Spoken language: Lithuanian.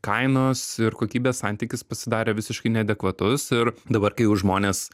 kainos ir kokybės santykis pasidarė visiškai neadekvatus ir dabar kai jau žmonės